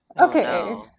Okay